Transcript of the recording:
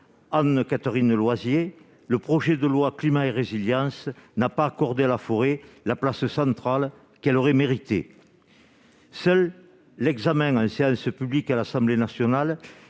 Anne Katerine loisirs le projet de loi climat et résilience n'a pas accordé à la forêt, la place centrale qu'elle aurait mérité, seul l'examen d'un service public à l'Assemblée nationale